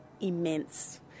immense